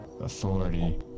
authority